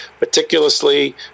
meticulously